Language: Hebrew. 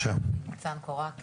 בבקשה, המשרד לפיתוח הנגב והגליל.